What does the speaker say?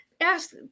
Ask